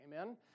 Amen